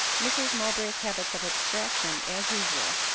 mrs mowbray's habits of abstraction, as usual,